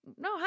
no